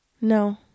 No